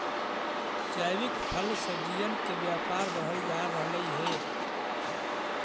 जैविक फल सब्जियन के व्यापार बढ़ल जा रहलई हे